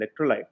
electrolyte